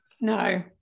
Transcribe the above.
No